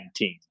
2019